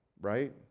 Right